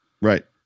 Right